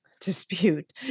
dispute